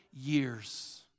years